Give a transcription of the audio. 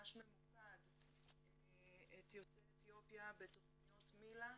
ממש ממוקד את יוצאי אתיופיה בתכניות מיל"ה.